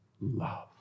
love